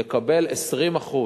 לקבל 20%